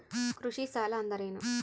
ಕೃಷಿ ಸಾಲ ಅಂದರೇನು?